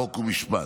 חוק ומשפט.